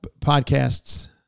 podcasts